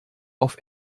auf